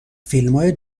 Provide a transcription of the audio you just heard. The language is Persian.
فیلمای